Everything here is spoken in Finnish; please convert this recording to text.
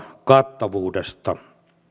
kattavuudesta